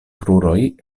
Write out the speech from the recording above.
kruroj